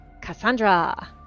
Cassandra